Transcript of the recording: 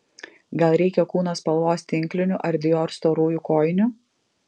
gal reikia kūno spalvos tinklinių ar dior storųjų kojinių